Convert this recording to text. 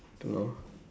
don't know